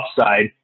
upside